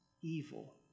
evil